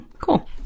Cool